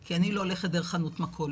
כי אני לא הולכת דרך חנות מכולת,